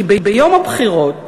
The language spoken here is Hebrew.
כי ביום הבחירות